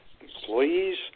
Employees